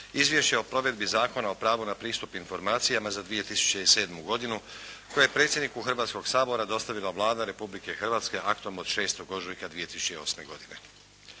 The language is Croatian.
Izvješće o provedbi Zakona o pravu na pristup informacijama za 2007. godinu koje je predsjedniku Hrvatskoga sabora dostavila Vlada Republike Hrvatske aktom od 6. ožujka 2008. godine.